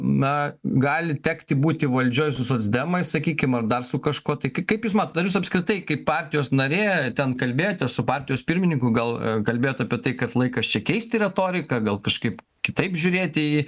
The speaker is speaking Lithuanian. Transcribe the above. na gali tekti būti valdžioj su socdemais sakykim ar dar su kažkuo tai kaip jūs matot ar jūs apskritai kaip partijos narė ten kalbėjotės su partijos pirmininku gal kalbėjot apie tai kad laikas čia keisti retoriką gal kažkaip kitaip žiūrėti į